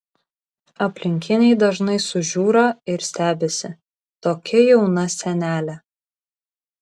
aplinkiniai dažnai sužiūra ir stebisi tokia jauna senelė